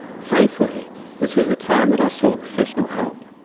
thankfully this was the time that i sought professional help.